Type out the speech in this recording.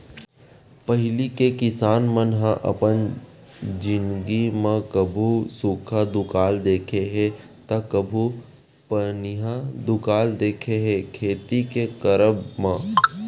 पहिली के किसान मन ह अपन जिनगी म कभू सुक्खा दुकाल देखे हे ता कभू पनिहा दुकाल देखे हे खेती के करब म